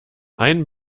ein